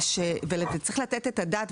צריך לתת את הדעת,